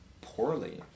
poorly